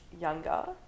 younger